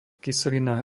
kyselina